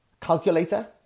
calculator